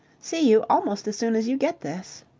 see you almost as soon as you get this.